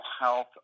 health